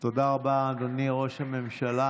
תודה רבה, אדוני ראש הממשלה.